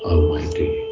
Almighty